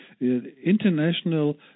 international